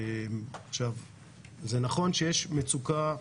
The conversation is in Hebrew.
זה נכון שיש מצוקה.